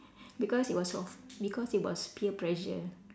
because it was of because it was peer pressure